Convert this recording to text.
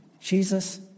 Jesus